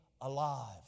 alive